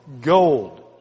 gold